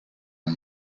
and